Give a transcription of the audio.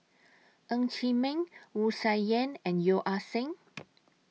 Ng Chee Meng Wu Tsai Yen and Yeo Ah Seng